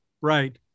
right